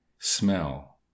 Smell